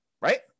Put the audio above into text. right